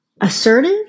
assertive